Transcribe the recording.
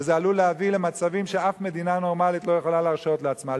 וזה עלול להביא למצבים שאף מדינה נורמלית לא יכולה להרשות לעצמה.